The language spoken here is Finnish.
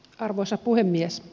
arvoisa puhemies